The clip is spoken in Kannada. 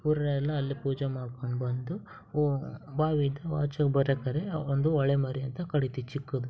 ಊರವ್ರೆಲ್ಲ ಅಲ್ಲಿ ಪೂಜೆ ಮಾಡ್ಕಂಡು ಬಂದು ಬಾವಿಯಿಂದ ಆಚೆ ಬರಕರೆ ಒಂದು ಹೊಳೆ ಮರಿ ಅಂತ ಕಡೀತೀವಿ ಚಿಕ್ಕುದು